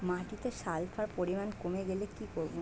মাটিতে সালফার পরিমাণ কমে গেলে কি করব?